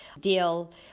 deal